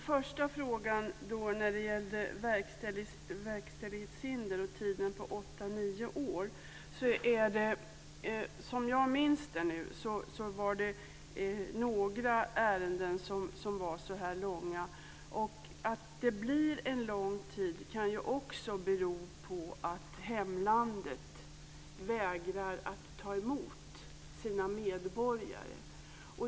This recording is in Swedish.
Fru talman! När det gäller frågan om verkställighetshinder och tider på åtta nio år var det, såvitt jag minns några ärenden som var så långa. Att det blir en lång tid kan också bero på att hemlandet vägrar att ta emot sina medborgare.